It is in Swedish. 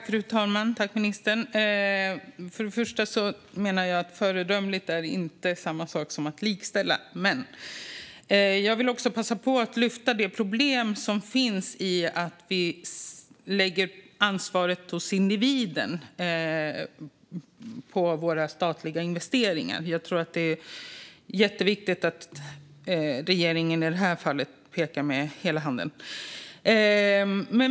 Fru talman! "Föredömligt" är inte samma sak som att likställa. Jag vill också passa på att lyfta fram det problem som finns i att vi lägger ansvaret när det gäller våra statliga investeringar hos individen. Jag tror att det är jätteviktigt att regeringen i det här fallet pekar med hela handen.